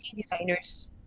designers